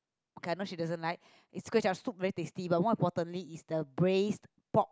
okay I know she doesn't like is kway-chap soup very tasty but more importantly is the braised pork